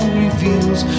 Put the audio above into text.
reveals